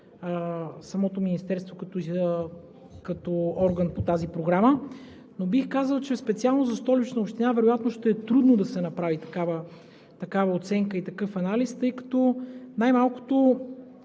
и от Министерството като орган по тази програма. Бих казал, че специално за Столична община вероятно ще е трудно да се направят такава оценка и такъв анализ, защото най-малкото